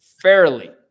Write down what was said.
fairly